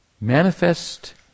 manifest